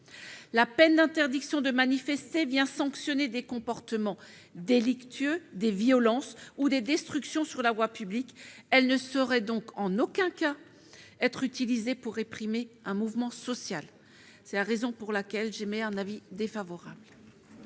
La peine d'interdiction de manifester vient sanctionner des comportements délictueux, des violences ou des destructions sur la voie publique. Elle ne saurait donc en aucun cas être utilisée pour réprimer un mouvement social. C'est la raison pour laquelle la commission a émis un avis défavorable